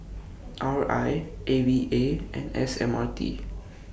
R I A V A and S M R T